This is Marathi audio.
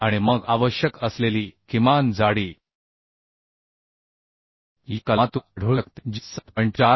आणि मग आवश्यक असलेली किमान जाडी या कलमातून आढळू शकते जी 7